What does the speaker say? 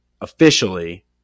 officially